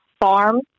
Farm